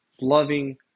loving